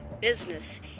business